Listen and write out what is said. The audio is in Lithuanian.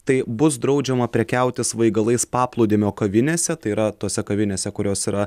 tai bus draudžiama prekiauti svaigalais paplūdimio kavinėse tai yra tose kavinėse kurios yra